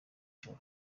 joro